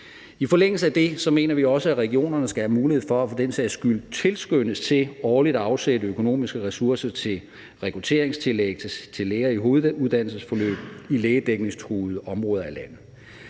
I forlængelse af det mener vi også, at regionerne skal have mulighed for og for den sags skyld tilskyndes til årligt at afsætte økonomiske ressourcer til rekrutteringstillæg til læger i hoveduddannelsesforløb i lægedækningstruede områder af landet.